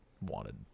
wanted